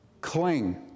Cling